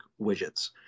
widgets